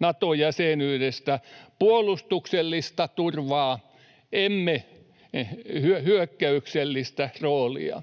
Nato-jäsenyydestä puolustuksellista turvaa, emme hyökkäyksellistä roolia.